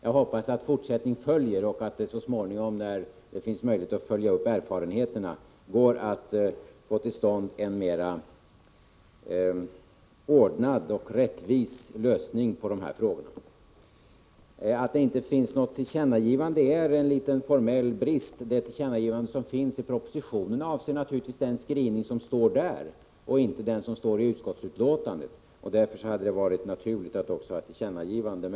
Jag hoppas att fortsättning följer och att det så småningom, när det finns möjlighet att följa upp erfarenheterna, går att få till stånd en mera ordnad och rättvis lösning på dessa frågor. Att det inte finns något tillkännagivande är en formell brist. Det tillkännagivande som finns i propositionen avser naturligtvis den skrivning som står där och inte den som står i utskottsbetänkandet. Därför hade det varit naturligt att också ha med ett tillkännagivande.